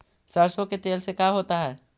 सरसों के तेल से का होता है?